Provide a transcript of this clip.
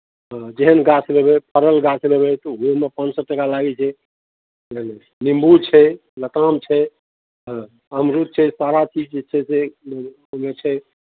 हँ जेहन गाछ लेबै फड़ल गाछ लेबै तऽ ओहोमे पाँच सए टाका लागै छै बुझलियै ने निम्बू छै लताम छै हँ अमरूद छै सारा चीज जे छै से ओहिमे छै